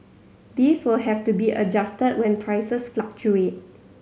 these will have to be adjusted when prices fluctuate